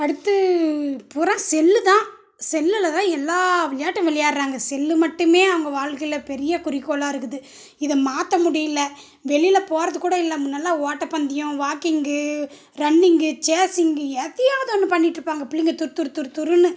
அடுத்து பூரா செல்லுதான் செல்லில்தான் எல்லா விளையாட்டும் விளையாடுகிறாங்க செல்லு மட்டுமே அவங்க வாழ்க்கையில் பெரிய குறிக்கோளாக இருக்குது இத மாற்ற முடியிலை வெளியில் போவது கூட இல்லை முன்னெலா ஓட்டப்பந்தயோம் வாக்கிங்கு ரன்னிங்கு சேஸிங்கு எதையாவது ஒன்று பண்ணிகிட்ருப்பாங்க பிள்ளைங்க துருதுரு துருதுருன்னு